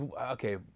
Okay